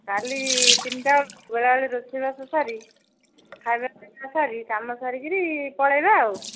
କାଲି ତିନିଟା ବେଳକୁ ବେଳା ବେଳେ ରୋଷେଇବାସ ସାରି ଖାଇବା ସାରି କାମ ସାରିକିରି ପଳେଇବା ଆଉ